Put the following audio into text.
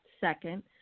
second